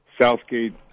Southgate